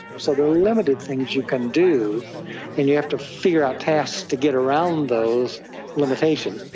so there are limited things you can do and you have to figure out tasks to get around those limitations.